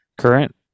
current